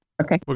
Okay